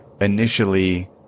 initially